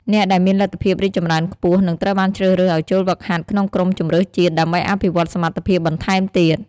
អ្នកដែលមានលទ្ធភាពរីកចម្រើនខ្ពស់ នឹងត្រូវបានជ្រើសរើសឲ្យចូលហ្វឹកហាត់ក្នុងក្រុមជម្រើសជាតិ ដើម្បីអភិវឌ្ឍសមត្ថភាពបន្ថែមទៀត។